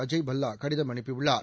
அஜய் பல்லா கடிதம் அனுப்பியுள்ளார்